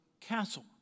Castle